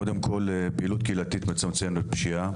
קודם כל פעילות קהילתית מצמצם פשיעה.